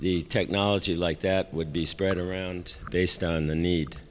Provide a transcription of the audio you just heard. the technology like that would be spread around based on the need